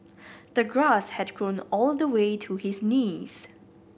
the grass had grown all the way to his knees